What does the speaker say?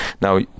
Now